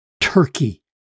Turkey